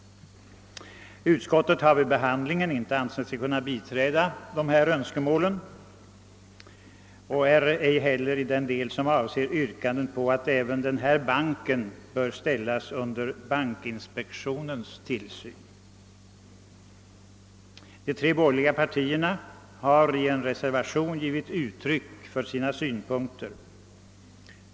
Utskottet har vid behandlingen av motionen inte ansett sig kunna biträda våra önskemål, detta inte heller i den del som avser yrkanden på att även Investeringsbanken skall ställas under bankinspektionens tillsyn. De tre borgerliga partierna har därför i en reservation givit uttryck för sina synpunkter.